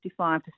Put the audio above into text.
55